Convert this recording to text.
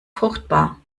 fruchtbar